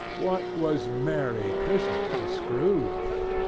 what was merry christmas to scrooge?